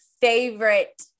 favorite